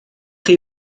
chi